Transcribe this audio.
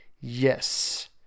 yes